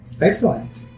Excellent